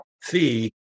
fee